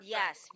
yes